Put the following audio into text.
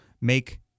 make